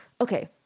Okay